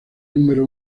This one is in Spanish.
número